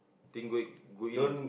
think go in go in